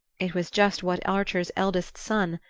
it was just what archer's eldest son,